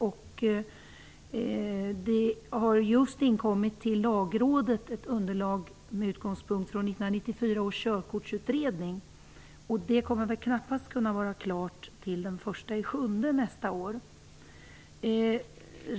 Det har just inkommit till Lagrådet ett underlag med utgångspunkt från 1994 års Körkortsutredning. Det kommer knappast kunna vara klart till den 1 juli nästa år.